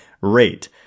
rate